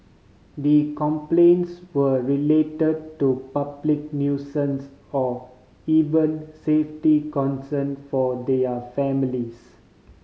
the complaints were relate to public nuisance or even safety concern for their families